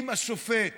אם השופט